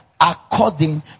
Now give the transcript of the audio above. according